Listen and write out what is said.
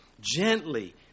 gently